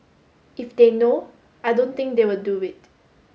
if they know I don't think they will do it